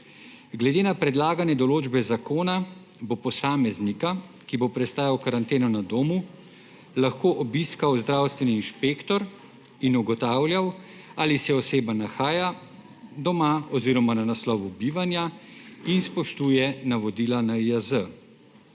Glede na predlagane določbe zakona bo posameznika, ki bo prestajal karanteno na domu, lahko obiskal zdravstveni inšpektor in ugotavljal, ali se oseba nahaja doma oziroma na naslovu bivanja in spoštuje navodila NIJZ.